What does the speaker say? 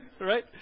Right